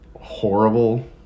horrible